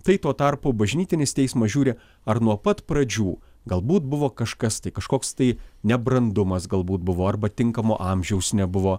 tai tuo tarpu bažnytinis teismas žiūri ar nuo pat pradžių galbūt buvo kažkas tai kažkoks tai nebrandumas galbūt buvo arba tinkamo amžiaus nebuvo